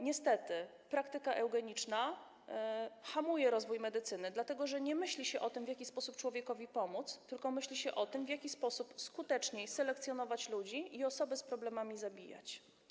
Niestety praktyka eugeniczna hamuje rozwój medycyny, dlatego że nie myśli się o tym, w jaki sposób człowiekowi pomóc, tylko myśli się o tym, w jaki sposób skuteczniej selekcjonować ludzi i osoby z problemami zabijać.